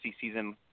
season